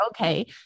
okay